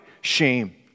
shame